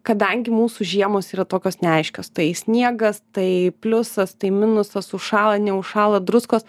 kadangi mūsų žiemos yra tokios neaiškios tai sniegas tai pliusas tai minusas užšąla neužšąla druskos